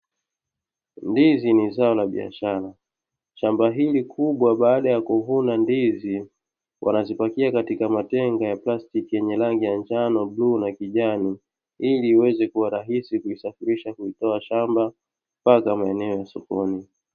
Ndizi ni zao la biashara. Shamba hili kubwa baada ya kuvuna ndizi wanazipakia katika matenga ya plastiki yenye rangi ya njano, bluu na kijani ili iweze kuwa rahisi kuzisafirisha kuitoa shamba mpaka maeneo ya sokoni.